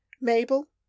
Mabel